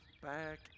back